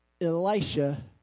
Elisha